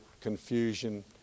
confusion